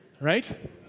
Right